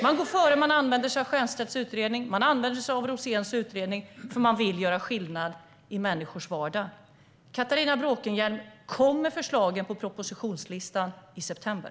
Man går före och använder sig av Stiernstedts och Roséns utredningar, för man vill göra skillnad i människors vardag. Catharina Bråkenhielm! Kommer förslagen att finnas i propositionslistan i september?